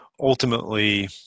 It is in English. ultimately –